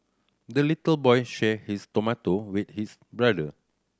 the little boy shared his tomato with his brother